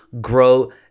grow